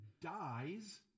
dies